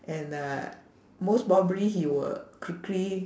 and uh most probably he will quickly